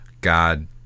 God